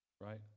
right